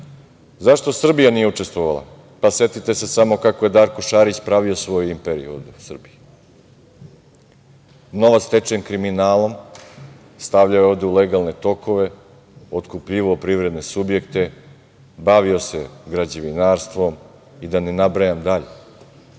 Srbija nije učestvovala? Setite se samo kako je Darko Šarić pravio svoju imperiju ovde u Srbiji. Novac stečen kriminalom stavljao je ovde u legalne tokove, potkupljivao privredne subjekte, bavio se građevinarstvom, poljoprivredom, i da ne nabrajam dalje.